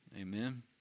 Amen